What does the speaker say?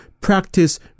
practice